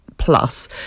Plus